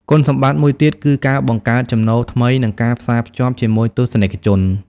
គុណសម្បត្តិមួយទៀតគឺ ការបង្កើតចំណូលថ្មីនិងការផ្សាភ្ជាប់ជាមួយទស្សនិកជន។